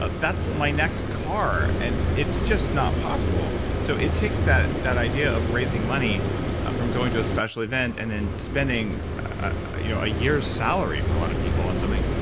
ah that's my next car. and it's just not possible so it takes that that idea of raising money from going to a special event, and then spending ah you know a year's salary for a lot of people, on something,